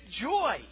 joy